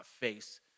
face